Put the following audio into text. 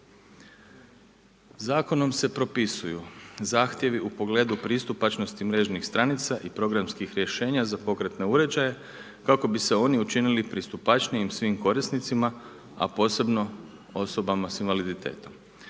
Zakonom se propisuju zahtjevi u pogledu pristupačnosti mrežnih stranica i programskih rješenja za pokretne uređaje kako bi se oni učinili pristupačnijim svim korisnicima a posebno osobama sa invaliditetom.